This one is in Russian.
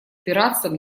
пиратством